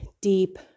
deep